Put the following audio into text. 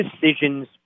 decisions